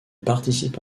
participe